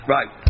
Right